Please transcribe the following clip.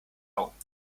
augen